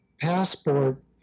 passport